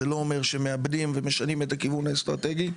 זה לא אומר שמאבדים ומשנים את הכיוון האסטרטגי,